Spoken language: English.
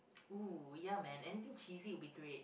!ooh! ya man anything cheesy would be great